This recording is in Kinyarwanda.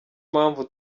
mpamvu